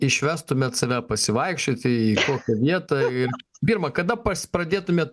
išvestumėt save pasivaikščioti į kokią vietą ir pirma kada pas pradėtumėt